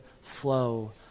flow